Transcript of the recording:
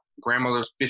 grandmother's